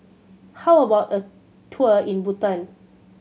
how about a tour in Bhutan